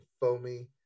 foamy